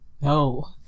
No